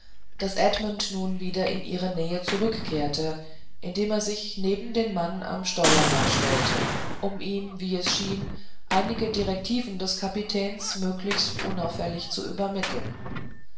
als edmund nun wieder in ihre nähe zurückkehrte indem er sich neben den mann am steuerrad stellte um ihm wie es schien einige direktiven des kapitäns möglichst unauffällig zu vermitteln